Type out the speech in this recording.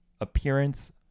appearance